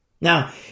Now